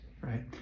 right